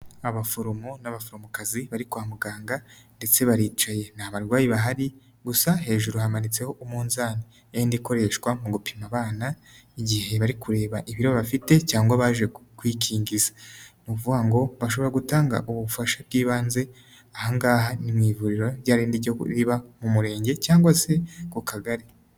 Abaforomo n'abaforomokazi bari kwa muganga ndetse baricaye nta barwayi bahari gusa hejuru hamanitseho umunzani, yayindi ikoreshwa mu gupima abana igihe bari kureba ibiro bafite cyangwa baje kwikingiza, ni ukuvunga ngo bashobora gutanga ubufasha bw'ibanze, aha ngaha ni mu ivuriro ryarindi riba mu Murenge cyangwa se ku Kagari.